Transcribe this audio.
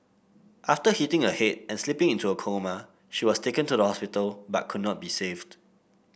after hitting her head and slipping into a coma she was taken to the hospital but could not be saved